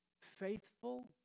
Faithful